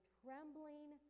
trembling